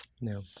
No